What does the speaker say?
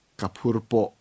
kapurpo